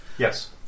Yes